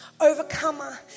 Overcomer